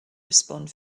respond